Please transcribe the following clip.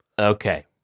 Okay